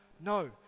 No